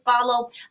follow